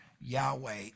yahweh